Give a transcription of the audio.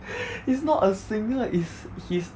he's not a singer is he's